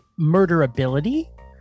murderability